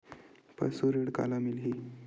पशु ऋण काला मिलही?